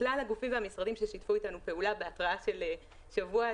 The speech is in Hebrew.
לכלל הגופים והמשרדים ששיתפו אתנו פעולה בהתראה של שבוע.